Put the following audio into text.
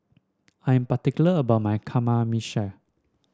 I'm particular about my Kamameshi